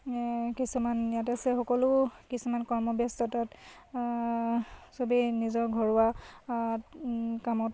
কিছুমান ইয়াত আছে সকলো কিছুমান কৰ্মব্যস্তাত চবেই নিজৰ ঘৰুৱা কামত